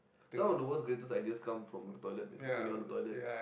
some of the world's greatest ideas come from the toilet man when you're on the toilet